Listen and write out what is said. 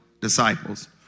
Disciples